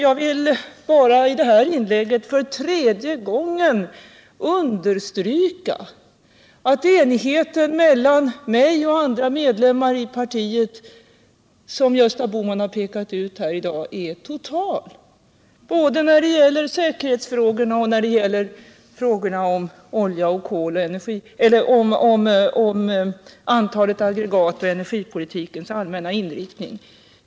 I det här inlägget vill jag bara för tredje gången understryka att enigheten mellan mig och andra medlemmar i partiet, som Gösta Bohman har talat om här i dag, är total. Det gäller såväl säkerhetsfrågorna, olja och kol som antalet aggregat och energipolitikens allmänna inriktning.